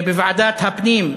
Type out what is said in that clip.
בוועדת הפנים,